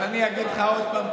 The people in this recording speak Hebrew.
אז אגיד לך עוד פעם,